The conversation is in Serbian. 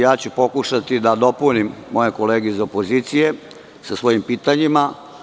Ja ću pokušati da dopunim moje kolege iz opozicije sa svojim pitanjima.